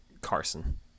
Carson